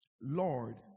Lord